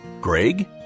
greg